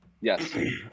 Yes